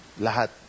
Lahat